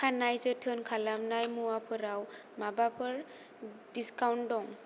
खानाय जोथोन खालामनाय मुवाफोराव माबाफोर डिस्काउन्ट दं